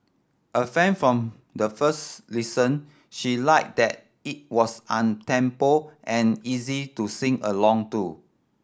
a fan from the first listen she liked that it was temple and easy to sing along to